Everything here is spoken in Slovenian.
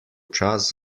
čas